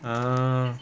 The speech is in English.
err